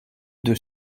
deux